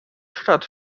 stadt